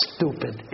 Stupid